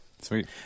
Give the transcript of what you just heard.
Sweet